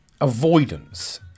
avoidance